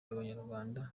abanyarwanda